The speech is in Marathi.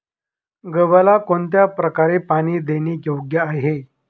गव्हाला कोणत्या प्रकारे पाणी देणे योग्य आहे?